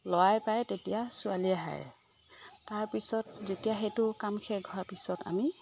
ল'ৰাই পায় তেতিয়া ছোৱালীয়ে হাৰে তাৰ পিছত যেতিয়া সেইটো কাম শেষ হোৱাৰ পিছত আমি